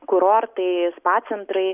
kurortai spa centrai